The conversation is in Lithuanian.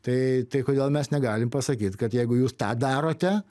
tai tai kodėl mes negalim pasakyt kad jeigu jūs tą darote